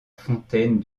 fontaine